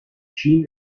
schien